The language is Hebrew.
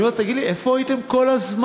אני אומר: תגיד לי, איפה הייתם כל הזמן?